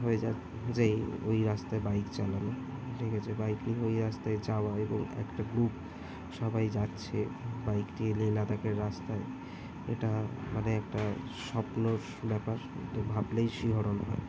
হয়ে যা যে ওই রাস্তায় বাইক চালানো ঠিক আছে বাইক নিয়ে ওই রাস্তায় যাওয়া এবং একটা গ্রুপ সবাই যাচ্ছে বাইক নিয়ে লে লাদাখের রাস্তায় এটা মানে একটা স্বপ্নর ব্যাপার এটা ভাবলেই শিহরণ হয়